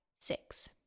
six